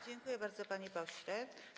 Dziękuję bardzo, panie pośle.